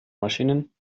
maschinen